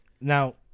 Now